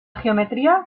geometría